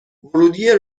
ورودیه